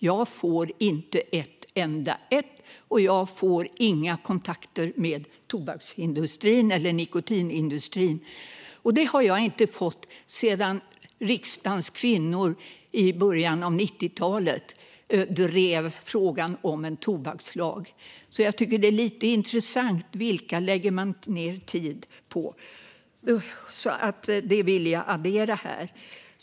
Jag får inte ett enda, och jag får inga kontakter med tobaksindustrin eller nikotinindustrin. Det har jag inte fått sedan riksdagens kvinnor i början av 90-talet drev frågan om en tobakslag. Jag tycker att det är lite intressant att se vilka man lägger ned tid på att kontakta. Det vill jag addera här.